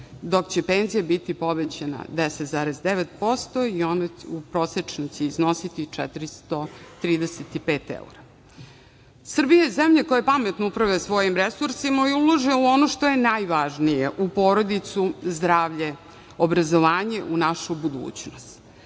dok će penzije biti povećane 10,9% i iznosiće se prosečno 435 evra. Srbija je zemlja koja pametno upravlja svojim resursima i ulaže u ono što je najvažnije, u porodicu, zdravlje, obrazovanje, u našu budućnost.